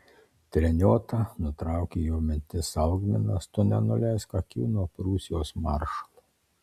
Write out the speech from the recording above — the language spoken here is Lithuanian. treniota nutraukė jo mintis algminas tu nenuleisk akių nuo prūsijos maršalo